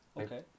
Okay